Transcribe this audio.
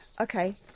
Okay